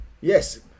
Yes